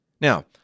Now